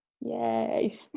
Yay